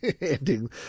ending